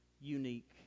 Unique